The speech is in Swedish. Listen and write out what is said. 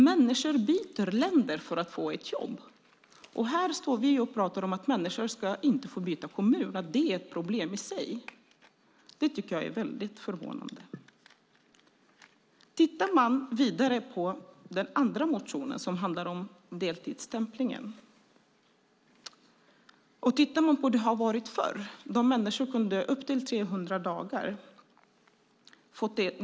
Människor byter land för att få ett jobb. Och här står vi och pratar om att människor inte ska kunna byta kommun och att det är ett problem i sig! Det tycker jag är förvånande. Låt oss titta vidare på den andra motionen, som handlar om deltidsstämpling. Förr kunde människor få deltidsstämpla i upp till 300 dagar.